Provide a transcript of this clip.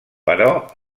però